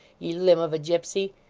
ye limb of a gipsy.